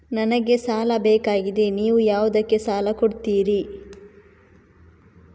ನನಗೆ ಸಾಲ ಬೇಕಾಗಿದೆ, ನೀವು ಯಾವುದಕ್ಕೆ ಸಾಲ ಕೊಡ್ತೀರಿ?